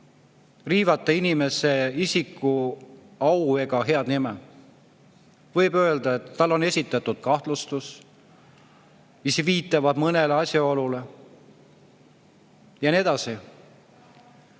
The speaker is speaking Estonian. riivata inimese, isiku au ega head nime. Võib öelda, et talle on esitatud kahtlustus, mis viitab mõnele asjaolule, ja nii edasi.